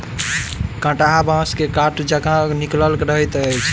कंटहा बाँस मे काँट जकाँ निकलल रहैत अछि